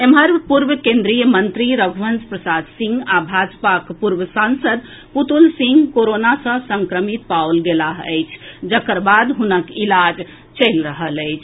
एम्हर पूर्व केन्द्रीय मंत्री रघुवंश प्रसाद सिंह आ भाजपाक पूर्व सांसद पुतुल सिंह कोरोना सऽ संक्रमित पाओल गेलाह अछि जकर बाद हुनक इलाज चलि रहल अछि